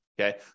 okay